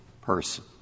person